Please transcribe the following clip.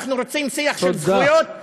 אנחנו רוצים שיח של זכויות, תודה.